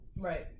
Right